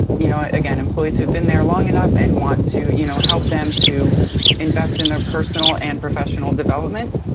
and you know, again, employees who have been there long enough and want to you know, help them to invest in their personal and professional development.